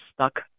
stuck